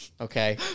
Okay